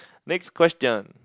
next question